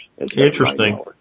Interesting